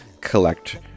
collect